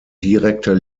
direkter